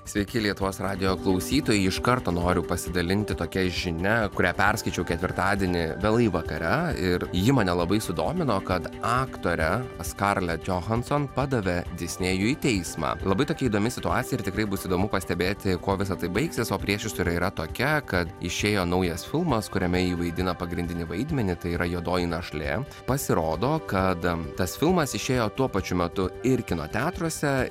sveiki lietuvos radijo klausytojai iš karto noriu pasidalinti tokia žinia kurią perskaičiau ketvirtadienį vėlai vakare ir ji mane labai sudomino kad aktorė skarlė džohanson padavė disnėjų į teismą labai tokia įdomi situacija ir tikrai bus įdomu pastebėti kuo visa tai baigsis o priešistorė yra tokia kad išėjo naujas filmas kuriame ji vaidina pagrindinį vaidmenį tai yra juodoji našlė pasirodo kad tas filmas išėjo tuo pačiu metu ir kino teatruose